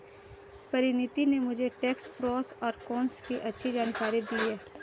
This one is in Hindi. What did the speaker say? परिनीति ने मुझे टैक्स प्रोस और कोन्स की अच्छी जानकारी दी है